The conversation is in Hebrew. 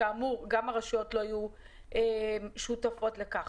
כאמור, גם הרשויות לא היו שותפות לכך.